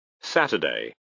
Saturday